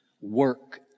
Work